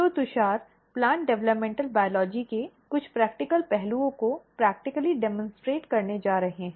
तो Tushar plant developmental biology के कुछ प्रैक्टिकॅल पहलुओं को प्रैक्टिकली डिमन्स्ट्रेट करने जा रहे हैं